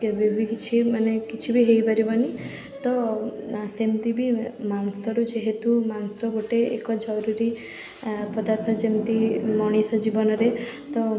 କେବେ ବି କିଛି ମାନେ କିଛି ବି ହେଇପାରିବନି ତ ଆଁ ସେମିତି ବି ମାଂସରୁ ଯେହେତୁ ମାଂସ ଗୋଟେ ଏକ ଜରୁରୀ ଏଁ ପଦାର୍ଥ ଯେମିତି ମଣିଷ ଜୀବନରେ ତ